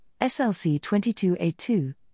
SLC22A2